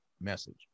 message